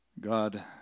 God